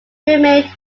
remained